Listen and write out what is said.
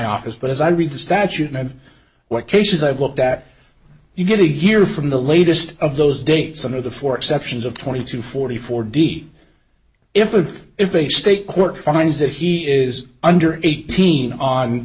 office but as i read the statute and what cases i've looked at you get a year from the latest of those dates some of the four exceptions of twenty two forty four d if of if a state court finds that he is under eighteen on